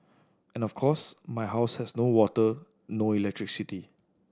and of course my house had no water no electricity